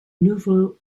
nouveau